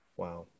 Wow